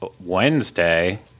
Wednesday